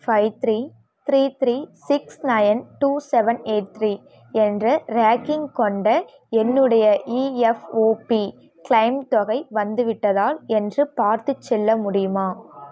five three three three six nine two seven eight three என்ற ராக்கிங் கொண்ட என்னுடைய இஎஃப்ஓபி க்ளைம் தொகை வந்துவிட்டதா என்று பார்த்துச் சொல்ல முடியுமா